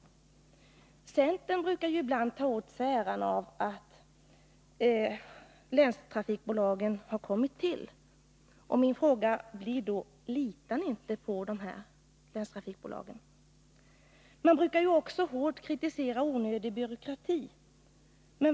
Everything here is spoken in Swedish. Centern brukar ibland ta åt sig äran av att länstrafikbolagen har kommit till. Min fråga måste då bli: Litar ni inte på dessa länstrafikbolag? Centern brukar också hårt kritisera onödig byråkrati.